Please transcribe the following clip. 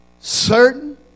Certain